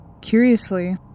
Curiously